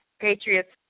Patriots